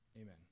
amen